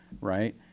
right